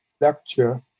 lecture